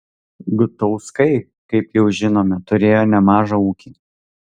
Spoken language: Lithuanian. gutauskai kaip jau žinome turėjo nemažą ūkį